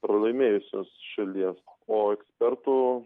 pralaimėjusios šalies o ekspertų